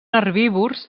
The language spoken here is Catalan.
herbívors